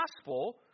gospel